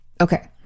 Okay